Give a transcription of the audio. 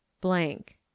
blank